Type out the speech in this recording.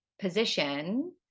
position